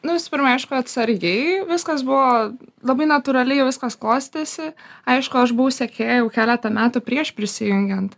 nu visų pirma aišku atsargiai viskas buvo labai natūraliai viskas klostėsi aišku aš buvau sekėja jau keletą metų prieš prisijungiant